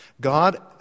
God